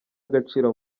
agaciro